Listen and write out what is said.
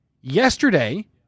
yesterday